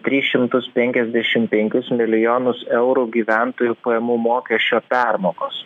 tris šimtus penkiasdešimt penkis milijonus eurų gyventojų pajamų mokesčio permokos